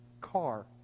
car